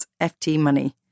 ftmoney